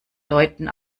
leuten